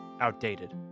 outdated